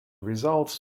results